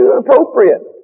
appropriate